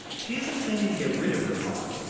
she isn't planning to get rid of her car,